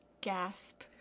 Gasp